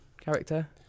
character